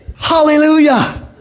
Hallelujah